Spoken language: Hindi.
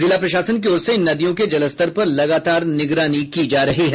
जिला प्रशासन की ओर से इन नदियों के जलस्तर पर लगातार निगरानी की जा रही है